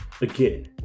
again